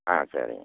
ஆ சரிங்க